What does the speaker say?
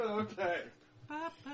okay